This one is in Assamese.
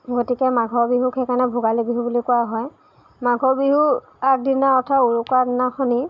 গতিকে মাঘৰ বিহুক সেইকাৰণে ভোগালী বিহু বুলি কোৱা হয় মাঘৰ বিহুৰ আগদিনা অৰ্থাৎ উৰুকাৰ দিনাখনি